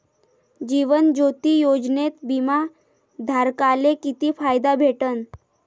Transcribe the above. जीवन ज्योती योजनेत बिमा धारकाले किती फायदा भेटन?